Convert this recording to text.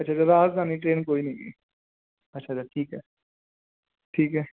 ਅੱਛਾ ਅੱਛਾ ਰਾਜਧਾਨੀ ਟ੍ਰੇਨ ਕੋਈ ਨਹੀਂ ਹੈਗੀ ਅੱਛਾ ਅੱਛਾ ਠੀਕ ਹੈ ਠੀਕ ਹੈ